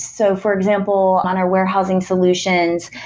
so for example, on our warehousing solutions,